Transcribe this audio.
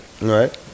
right